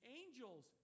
angels